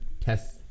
test